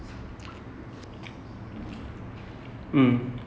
it itself lah so you use the key to open a door